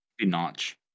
Notch